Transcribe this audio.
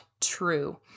true